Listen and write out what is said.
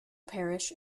parish